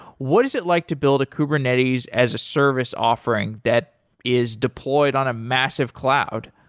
what is it like to build a kubernetes as a service offering that is deployed on a massive cloud?